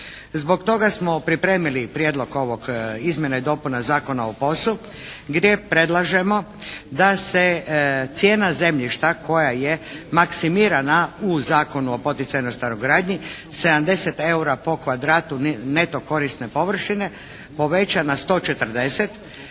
Zbog toga smo pripremili Prijedlog ovog, izmjena i dopuna Zakona o POS-u gdje predlažemo da se cijena zemljišta koja je maksimirana u Zakonu o poticajnoj stanogradnji 70 EUR-a po kvadratu neto korisne površine poveća na 140.